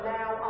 now